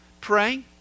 praying